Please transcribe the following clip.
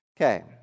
Okay